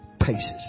paces